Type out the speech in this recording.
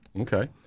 Okay